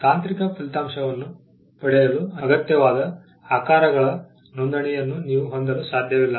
ತಾಂತ್ರಿಕ ಫಲಿತಾಂಶವನ್ನು ಪಡೆಯಲು ಅಗತ್ಯವಾದ ಆಕಾರಗಳ ನೋಂದಣಿಯನ್ನು ನೀವು ಹೊಂದಲು ಸಾಧ್ಯವಿಲ್ಲ